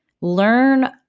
learn